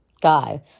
guy